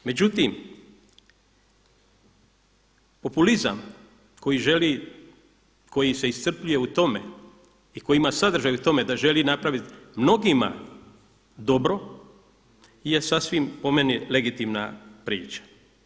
Međutim, populizam koji želi, koji se iscrpljuje u tome i koji ima sadržaj u tome da želi napravit mnogima dobro je sasvim po meni legitimna priča.